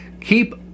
keep